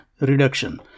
reduction